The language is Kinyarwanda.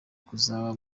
kuzaba